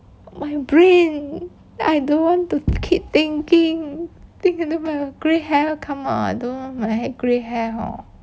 my brain I don't want to keep thinking thinking until grey hair all come out ah I don't know my hair grey hair hor